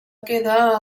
quedar